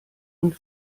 und